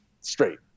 straight